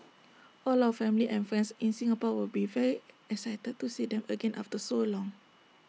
all our family and friends in Singapore will be very excited to see them again after so long